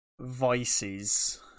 vices